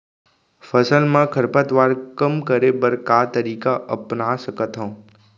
फसल मा खरपतवार कम करे बर का तरीका अपना सकत हन?